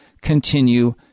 continue